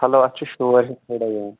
hello اَتھ چھُ شور ہیوٗ تھوڑا یِوان